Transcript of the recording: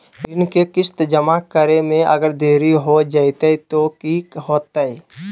ऋण के किस्त जमा करे में अगर देरी हो जैतै तो कि होतैय?